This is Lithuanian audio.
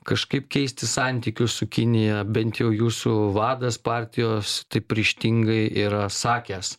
kažkaip keisti santykius su kinija bent jau jūsų vadas partijos taip ryžtingai yra sakęs